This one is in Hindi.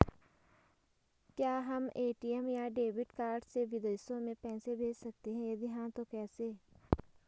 क्या हम ए.टी.एम या डेबिट कार्ड से विदेशों में पैसे भेज सकते हैं यदि हाँ तो कैसे?